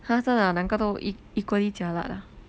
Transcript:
!huh! 真的 ah 两个都 e~ equally jialat lah